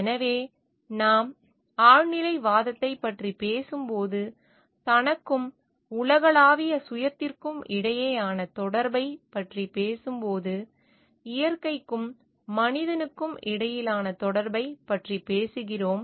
எனவே நாம் ஆழ்நிலைவாதத்தைப் பற்றி பேசும்போது தனக்கும் உலகளாவிய சுயத்திற்கும் இடையிலான தொடர்பைப் பற்றி பேசும்போது இயற்கைக்கும் மனிதனுக்கும் இடையிலான தொடர்பைப் பற்றி பேசுகிறோம்